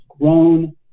grown